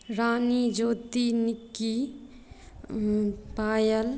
Rani Jyoti Nikki Payal